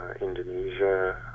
Indonesia